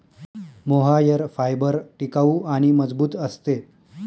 mohair fibre टिकाऊ आणि मजबूत असते